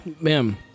Ma'am